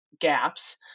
gaps